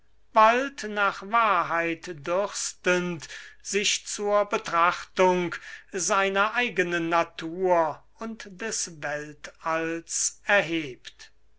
bald nach wahrheit dürstend sich zur betrachtung seiner eigenen natur und des weltalls erhebt